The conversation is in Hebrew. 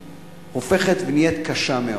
שהופכת ונהיית קשה מאוד.